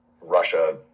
Russia